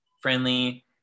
friendly